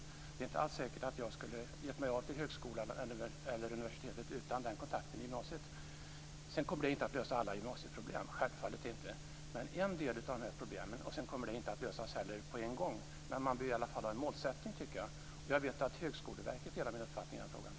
Det är inte alls säkert att jag skulle ha begivit mig till högskolan eller universitetet utan den kontakten i gymnasiet. Detta kommer självfallet inte att lösa alla gymnasieproblem men en del av dessa. De kommer inte heller att lösas på en gång, men jag tycker i alla fall att man kan ha denna målsättning. Jag vet att Högskoleverket delar min uppfattning i den här frågan.